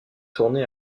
tourné